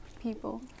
people